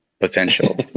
potential